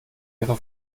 ihre